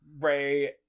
Ray